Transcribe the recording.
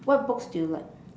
what books do you like